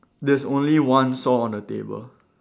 there's only one saw on the table